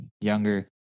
younger